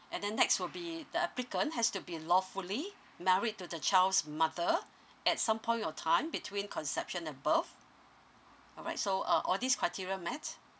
and then next will be the applicant has to be lawfully married to the child's mother at some point of time between conception above alright so uh all these criteria met